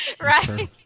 Right